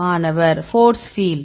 மாணவர் force field